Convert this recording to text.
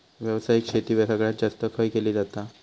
व्यावसायिक शेती सगळ्यात जास्त खय केली जाता?